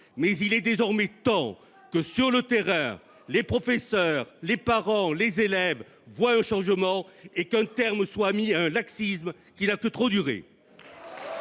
Mais il est désormais temps que, sur le terrain, les professeurs, les parents, les élèves voient un changement et qu'un terme soit mis à un laxisme qui n'a que trop duré